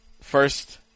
First